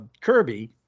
Kirby